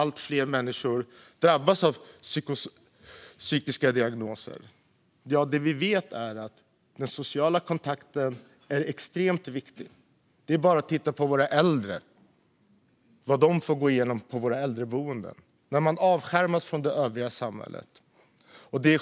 Allt fler människor får psykiska diagnoser, och det vi vet är att social kontakt är extremt viktigt. Det är bara att titta på våra äldre och vad de får gå igenom på våra äldreboenden när de avskärmas från det övriga samhället.